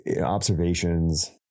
observations